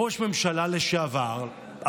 ראש הממשלה לשעבר,